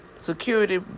security